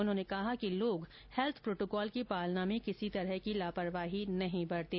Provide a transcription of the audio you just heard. उन्होंने कहा कि लोग हैल्थ प्रोटोकॉल की पालना में किसी तरह की लापरवाही नहीं बरतें